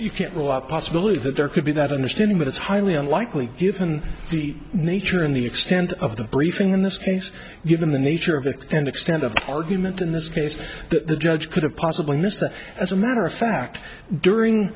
you can't rule out possibility that there could be that understanding that it's highly unlikely given the nature and the extent of the briefing in this case given the nature of the and extent of the argument in this case the judge could have possibly missed that as a matter of fact during